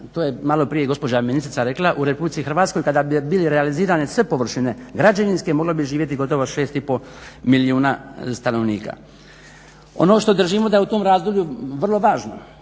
to je maloprije gospođa ministrica rekla, u RH kada bi bili realizirane sve površine građevinske moglo bi živjeti gotovo 6 i pol milijuna stanovnika. Ono što držimo da je u tom razvoju vrlo važno,